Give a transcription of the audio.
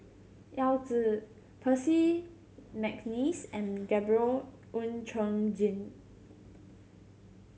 Yao Zi Percy McNeice and Gabriel Oon Chong Jin